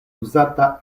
uzata